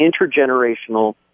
intergenerational